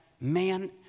Man